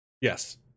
Yes